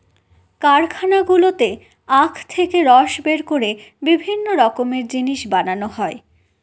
কারখানাগুলো থেকে আখ থেকে রস বের করে বিভিন্ন রকমের জিনিস বানানো হয়